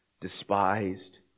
despised